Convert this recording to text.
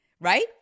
Right